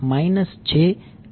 આ શું છે